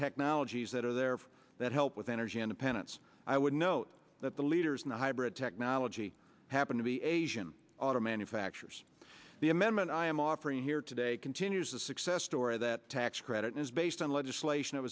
technologies that are there that help with energy independence i would note that the leaders in the hybrid technology happen to be asian auto manufacturers the amendment i am offering here today continues the success story that tax credit is based on legislation that